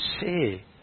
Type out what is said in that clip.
say